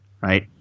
Right